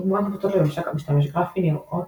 דוגמאות נפוצות לממשק משתמש גרפי נראות